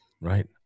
Right